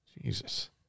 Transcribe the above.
Jesus